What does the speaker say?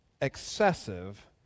excessive